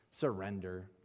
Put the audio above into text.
surrender